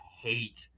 hate